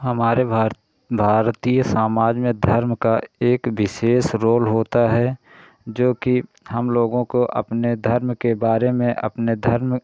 हमारे भार भारतीय सामाज में धर्म का एक विशेष रोल होता है जोकि हम लोगों को अपने धर्म के बारे में अपने धर्म